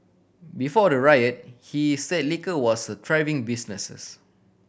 before the riot he said liquor was a thriving businesses